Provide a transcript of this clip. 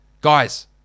Guys